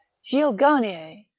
gilles gamier,